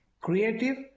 creative